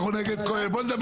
בוא נדבר על קהלת.